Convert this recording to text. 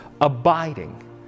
abiding